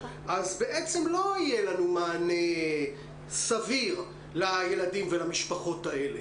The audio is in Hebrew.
אז בעצם לא יהיה לנו מענה סביר לילדים ולמשפחות האלה.